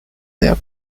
their